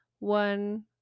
one